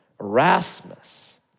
Erasmus